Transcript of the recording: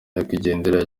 nyakwigendera